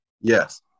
Yes